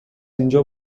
اینجا